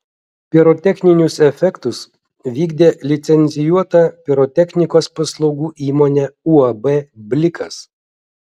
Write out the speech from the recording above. pirotechninius efektus vykdė licencijuota pirotechnikos paslaugų įmonė uab blikas